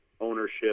ownership